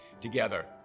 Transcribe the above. together